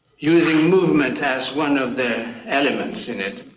using movement as one of the elements in it.